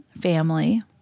family